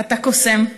אתה קוסם,